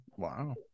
Wow